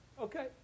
Okay